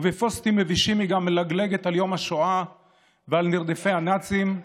ובפוסטים מבישים היא גם מלגלגת על יום השואה ועל נרדפי הנאצים.